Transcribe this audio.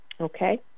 okay